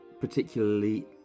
particularly